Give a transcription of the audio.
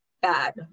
bad